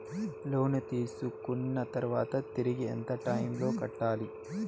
లోను తీసుకున్న తర్వాత తిరిగి ఎంత టైములో కట్టాలి